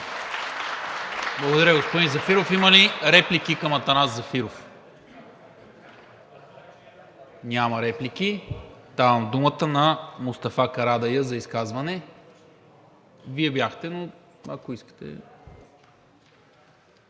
Благодаря, господин Зафиров. Има ли реплики към Атанас Зафиров? Няма. Давам думата на Мустафа Карадайъ за изказване. Вие бяхте, но ако искате.